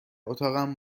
اتاقم